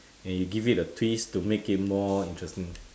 and you give it a twist to make it more interesting